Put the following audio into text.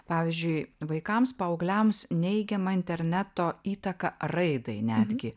pavyzdžiui vaikams paaugliams neigiamą interneto įtaką raidai netgi